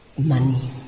money